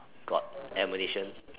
got ammunition